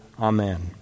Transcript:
Amen